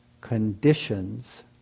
conditions